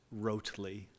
rotely